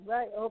Right